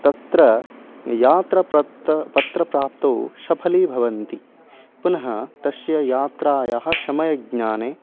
तत्र यात्र प्रत्त पत्रप्राप्तौ सफलीभवन्ति पुनः तस्य यात्रायाः शमयज्ञाने